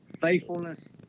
faithfulness